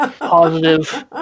Positive